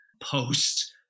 post